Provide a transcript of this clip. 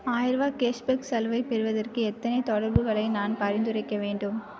ஆயருபா cashback சலுகை பெறுவதற்கு எத்தனை தொடர்புகளை நான் பரிந்துரைக்க வேண்டும்